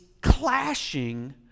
clashing